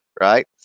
right